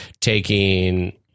taking